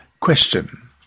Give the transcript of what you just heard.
Question